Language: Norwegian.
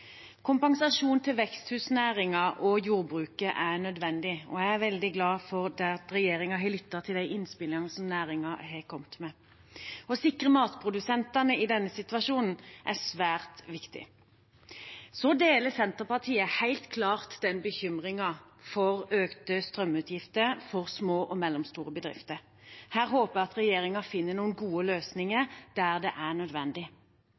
Kompensasjon til veksthusnæringen og jordbruket er nødvendig, og jeg er veldig glad for at regjeringen har lyttet til de innspillene som næringen har kommet med. Å sikre matprodusentene i denne situasjonen er svært viktig. Så deler Senterpartiet helt klart den bekymringen for økte strømutgifter for små og mellomstore bedrifter. Her håper jeg at regjeringen finner noen gode løsninger der det er nødvendig.